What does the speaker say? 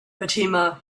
fatima